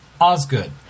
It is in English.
Osgood